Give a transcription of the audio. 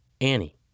Annie